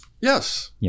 Yes